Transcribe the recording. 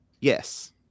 Yes